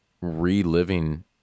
reliving